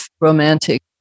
romantic